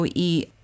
eat